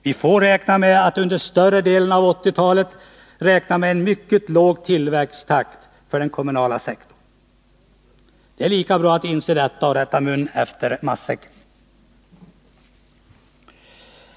Vi får under större delen av 1980-talet räkna med en mycket låg tillväxttakt för den kommunala sektorn. Det är lika bra att inse detta och rätta mun efter matsäcken.